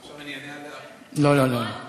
עכשיו אני אענה, לא, לא, לא.